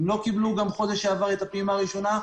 הן לא קיבלו גם חודש שעבר את הפעימה הראשונה,